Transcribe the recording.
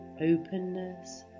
openness